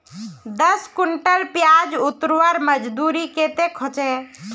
दस कुंटल प्याज उतरवार मजदूरी कतेक होचए?